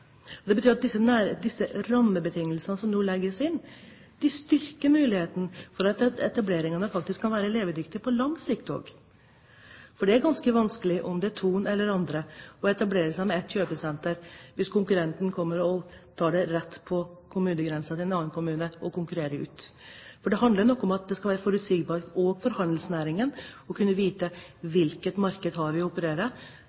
Det betyr at disse rammebetingelsene som nå legges, styrker muligheten for at etableringen faktisk kan være levedyktig på lang sikt. Det er ganske vanskelig, om det er Thon eller andre, å etablere et kjøpesenter hvis konkurrenten legger et rett på kommunegrensen og utkonkurrerer deg. Det handler om forutsigbarhet også for handelsnæringen, å kunne vite